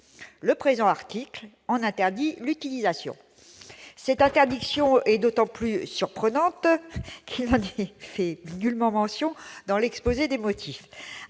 cet article en interdit l'utilisation. Cette interdiction est d'autant plus surprenante qu'il n'en est fait nullement mention dans l'exposé des motifs.